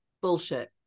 bullshit